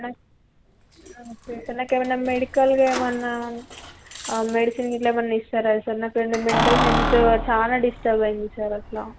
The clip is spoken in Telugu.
నాకు మెడికల్గా ఏమైనా మెడిసిన్ ఇలా ఏమైనా ఇస్తారా సార్ నాకు ఏమనా మెంటల్ హెల్త్ చాలా డిస్టర్బ్ అయింది సార్ అలా